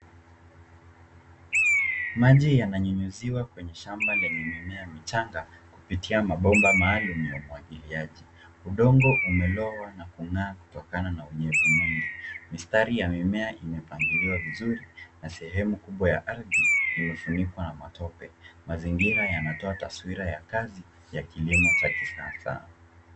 Maji yananyunyiziwa kwenye shamba lenye mimea michanga kupitia mabomba maalum ya umwagiliaji. Udongo umelowa na kung'aa kutokana na unyevu mwingi. Mistari ya mimea imepangiliwa vizuri na sehemu kubwa ya ardhi imefunikwa na matope. Mazingira yanatoa taswira ya kazi ya kilimo cha kilimo cha kisasa.